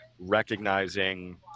recognizing